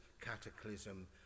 cataclysm